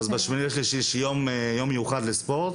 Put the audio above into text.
אז ב-8.3 יש יום מיוחד לספורט